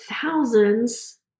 thousands